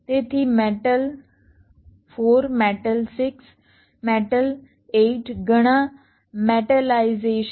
તેથી metal 4 metal 6 metal 8 ઘણા metallisation